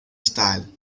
style